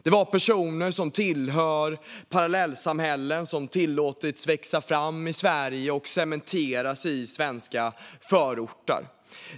Det var personer som tillhör parallellsamhällen som tillåtits växa fram i Sverige och cementeras i svenska förorter.